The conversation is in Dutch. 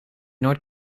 nooit